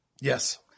Yes